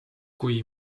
kui